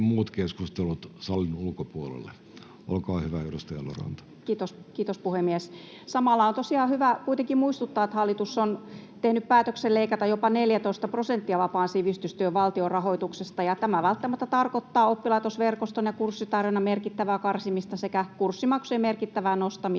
päätöksen... Kiitos, puhemies! Samalla on tosiaan hyvä kuitenkin muistuttaa, että hallitus on tehnyt päätöksen leikata jopa 14 prosenttia vapaan sivistystyön valtionrahoituksesta, ja tämä väistämättä tarkoittaa oppilaitosverkoston ja kurssitarjonnan merkittävää karsimista sekä kurssimaksujen merkittävää nostamista,